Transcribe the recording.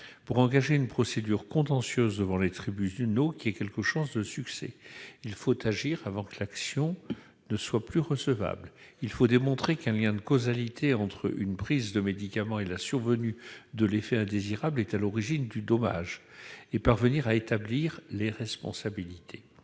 pour engager une procédure contentieuse devant les tribunaux qui ait quelque chance de succès : il faut agir avant que l'action ne soit plus recevable, démontrer qu'un lien de causalité entre une prise de médicament et la survenue de l'effet indésirable est à l'origine du dommage et parvenir à établir les responsabilités.